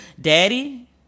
Daddy